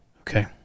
Okay